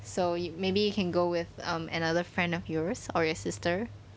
so maybe you can go with um another friend of yours or your sister